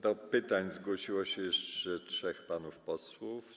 Do pytań zgłosiło się jeszcze trzech panów posłów.